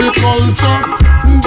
culture